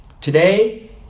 today